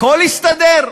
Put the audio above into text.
הכול הסתדר?